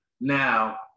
Now